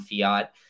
fiat